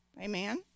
Amen